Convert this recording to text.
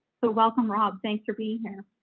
so welcome, rob, thanks for being here.